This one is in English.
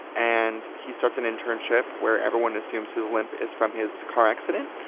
and he starts an internship where everyone assumes his limp is from his car accident.